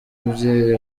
umubyeyi